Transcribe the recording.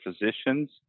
physicians